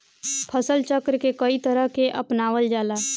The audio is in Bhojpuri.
फसल चक्र के कयी तरह के अपनावल जाला?